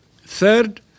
Third